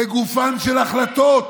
לגופן של החלטות,